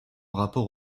rapport